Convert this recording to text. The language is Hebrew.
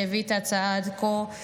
שהביא את ההצעה עד כה,